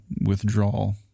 withdrawal